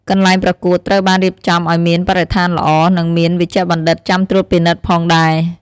កន្លែងប្រកួតត្រូវបានរៀបចំឲ្យមានបរិស្ថានល្អ និងមានវេជ្ជបណ្ឌិតចាំត្រួតពិនិត្យផងដែរ។